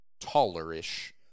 taller-ish